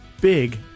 big